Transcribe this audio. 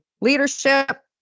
leadership